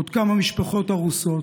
עוד כמה משפחות הרוסות?